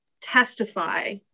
testify